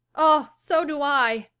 oh, so do i!